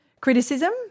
criticism